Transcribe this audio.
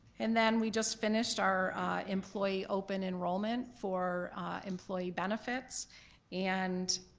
and then we just finished our employee open enrollment for employee benefits and